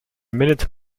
minute